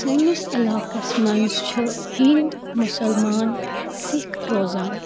سٲنِس عَلاقَس منٛز چھِ ہیٚندۍ مُسَلمان سِکھ روزان